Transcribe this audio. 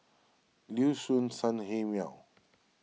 Liuxun Sanhemiao